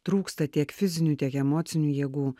trūksta tiek fizinių tiek emocinių jėgų